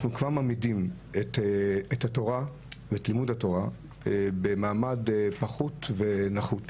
אנחנו כבר מעמידים את התורה ולימוד התורה במעמד פחות ונחות.